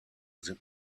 sind